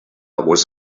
was